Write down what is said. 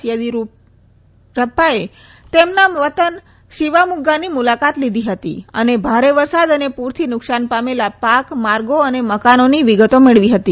યુદિરપ્પાએ તેમના વતન શિવામુઝાાની મુલાકાત લીધી હતી અને ભારે વરસાદ અને પુરથી નુકસાન પામેલા પાક માર્ગો અને મકાનોની વિગતો મેળવી હતી